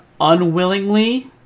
unwillingly